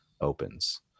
opens